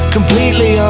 Completely